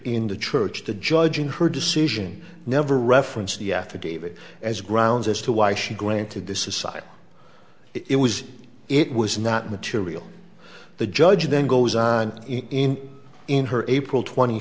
in the church the judge in her decision never referenced the affidavit as grounds as to why she granted the society it was it was not material the judge then goes on in in her april twenty